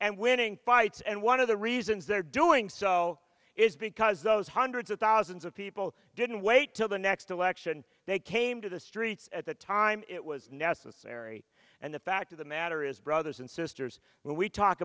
and winning fights and one of the reasons they're doing so is because those hundreds of thousands of people didn't wait till the next election they came to the streets at the time it was necessary and the fact of the matter is brothers and sisters when we talk